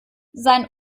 sein